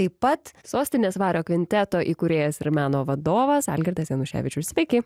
taip pat sostinės vario kvinteto įkūrėjas ir meno vadovas algirdas januševičius sveiki